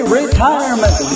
retirement